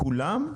כולם?